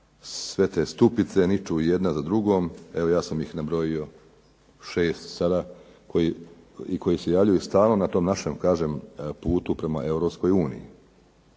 sve te stupice niču jedna za drugom. Evo ja sam ih nabrojio 6 sada i koji se javljaju na tom našem putu prema